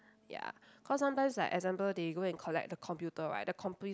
ya cause sometimes like example they go and collect the computer right the compu~